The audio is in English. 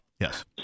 Yes